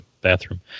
bathroom